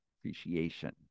appreciation